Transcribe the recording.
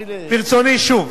ברצוני, שוב,